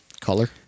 Color